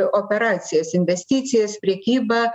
operacijas investicijas prekybą